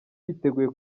yiteguye